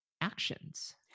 actions